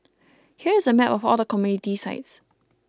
here is a map of all the community sites